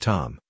Tom